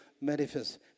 manifest